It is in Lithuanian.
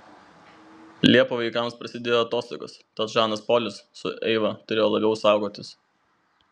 liepą vaikams prasidėjo atostogos tad žanas polis su eiva turėjo labiau saugotis